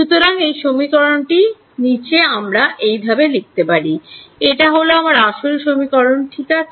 সুতরাং এই সমীকরণটির দিকে দেখো এখানে আমরা লিখতে পারি এটা হল আমার আসল সমীকরণ ঠিক আছে